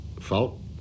fault